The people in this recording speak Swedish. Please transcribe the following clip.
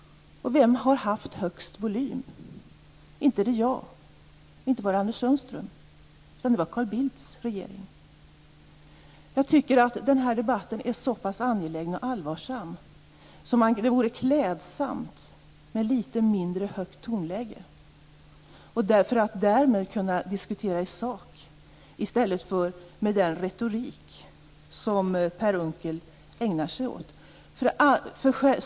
Och vem har haft högst volym? Inte var det jag och inte var det Anders Sundström, utan det var Carl Bildts regering som hade det. Den här debatten är så pass angelägen och allvarsam att det skulle vara klädsamt med ett litet mindre högt tonläge; detta för att kunna diskutera i sak i stället för med den retorik som Per Unckel ägnar sig åt.